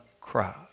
crowd